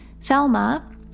Thelma